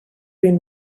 vint